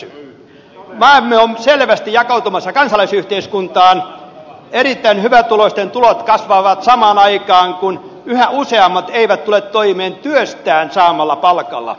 maamme on selvästi muuttumassa kansalaisyhteiskunnaksi jossa erittäin hyvätuloisten tulot kasvavat samaan aikaan kun yhä useammat eivät tule toimeen työstään saamallaan palkalla